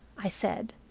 i said.